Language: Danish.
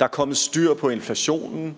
Der er kommet styr på inflationen.